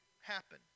happen